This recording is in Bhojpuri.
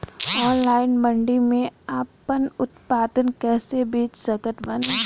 ऑनलाइन मंडी मे आपन उत्पादन कैसे बेच सकत बानी?